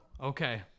Okay